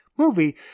movie